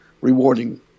rewarding